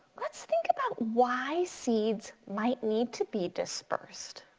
let's think about why seeds might need to be dispersed.